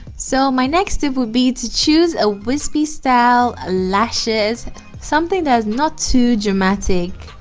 so my next tip would be to choose a wispy style lashes something that is not too dramatic